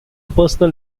personal